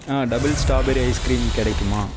ஆ double strawberry ice cream கிடைக்குமா